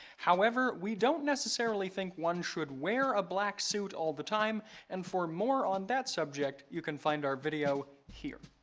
however, we don't necessarily think one should wear a black suit all the time and for more on that subject, you can find our video, here.